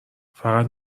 فقط